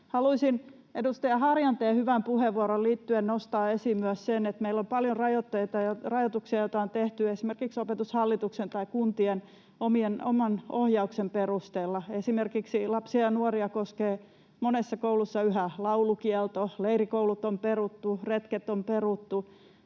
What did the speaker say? Haluaisin edustaja Harjanteen hyvään puheenvuoroon liittyen nostaa esiin myös sen, että meillä on paljon rajoitteita ja rajoituksia, joita on tehty esimerkiksi Opetushallituksen tai kuntien oman ohjauksen perusteella. Esimerkiksi lapsia ja nuoria koskee monessa koulussa yhä laulukielto, leirikoulut on peruttu, retket on peruttu,